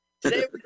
Today